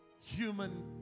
human